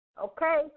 okay